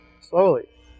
slowly